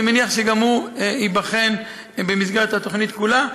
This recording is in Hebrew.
אני מניח שגם הוא ייבחן במסגרת התוכנית כולה.